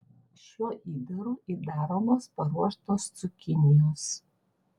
šiuo įdaru įdaromos paruoštos cukinijos